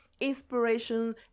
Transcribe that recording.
Inspiration